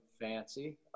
fancy